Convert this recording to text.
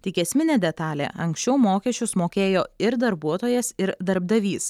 tik esminė detalė anksčiau mokesčius mokėjo ir darbuotojas ir darbdavys